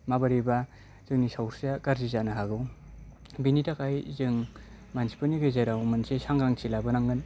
माबोरैबा जोंनि सावस्रिया गाज्रि जानो हागौ बेनि थाखाय जों मानसिफोरनि गेजेराव मोनसे सांग्रांथि लाबोनांगोन